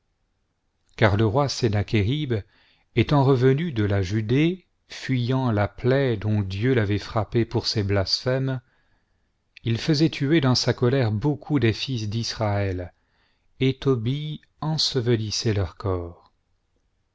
car le roi sennachérib étant revenu de la judée fuyant la plaie dont di u l'avait frappé pour ses blasphèmes il faisait tuer dans sa colère beaucoup des fils d'israël et tobie ensevelissait leurs corps